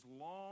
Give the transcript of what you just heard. long